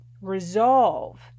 resolve